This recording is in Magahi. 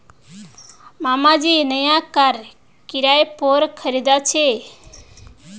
मामा जी नया कार किराय पोर खरीदा छे